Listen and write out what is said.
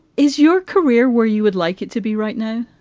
is your career where you would like it to be right now?